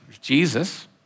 Jesus